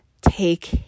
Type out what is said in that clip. take